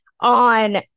on